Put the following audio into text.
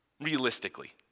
realistically